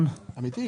כן.